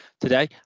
Today